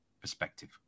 perspective